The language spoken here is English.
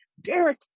Derek